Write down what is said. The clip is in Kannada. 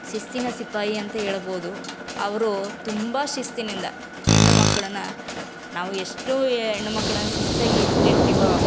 ಶಿಸ್ತಿನ ಸಿಪಾಯಿ ಅಂತ ಹೇಳ್ಬೋದು ಅವರು ತುಂಬ ಶಿಸ್ತಿನಿಂದ ಹೆಣ್ಣು ಮಕ್ಳನ್ನು ನಾವು ಎಷ್ಟು ಹೆಣ್ಣು ಮಕ್ಳನ್ನು ಶಿಸ್ತಾಗಿ ಇಟ್ಟಿರ್ತೀವೊ